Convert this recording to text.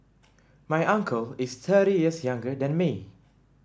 my uncle is thirty years younger than me